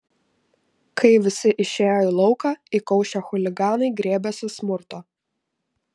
kai visi išėjo į lauką įkaušę chuliganai griebėsi smurto